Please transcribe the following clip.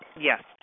Yes